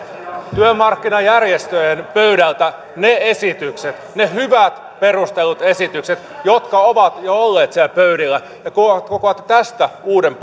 työmarkkinajärjestöjen pöydältä ne esitykset ne hyvät perustellut esitykset jotka ovat jo olleet siellä pöydillä ja kokoatte tästä uuden